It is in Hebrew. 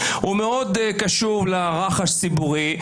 הוא מאוד קשוב לרחש הציבורי.